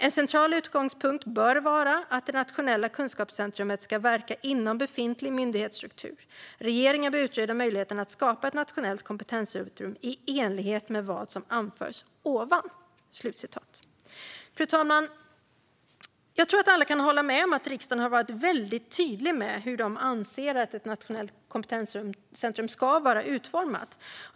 En central utgångspunkt bör vara att det nationella kompetenscentrumet ska verka inom befintlig myndighetsstruktur. Regeringen bör utreda möjligheterna att skapa ett nationellt kompetenscentrum i enlighet med vad som anförs ovan." Fru talman! Jag tror att alla kan hålla med om att riksdagen har varit väldigt tydlig med hur man anser att ett nationellt kompetenscentrum ska vara utformat.